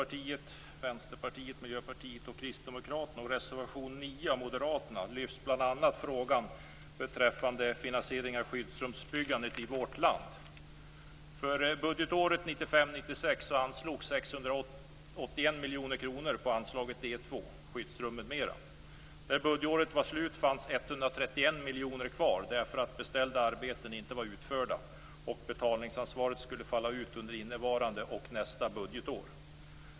9 från Moderaterna behandlas bl.a. frågan om finansieringen av skyddsrumsbyggandet i vårt land. För budgetåret 1995/96 anslogs 681 miljoner kronor på anslaget D 2 Skyddsrum m.m. När budgetåret var slut fanns 131 miljoner kvar därför att beställda arbeten inte var utförda, och betalningsansvaret skulle falla ut under innevarande och nästa budgetår.